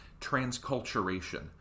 transculturation